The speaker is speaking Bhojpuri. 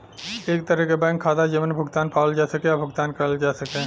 एक तरे क बैंक खाता जेमन भुगतान पावल जा सके या भुगतान करल जा सके